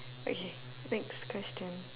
okay next question